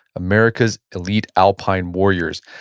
america's elite alpine warriors.